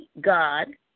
God